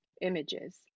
images